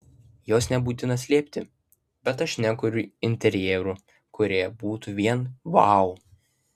jos nebūtina slėpti bet aš nekuriu interjerų kurie būtų vien vau